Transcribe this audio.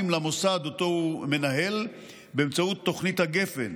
למוסד שאותו הוא מנהל באמצעות תוכנית גפ"ן,